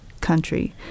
country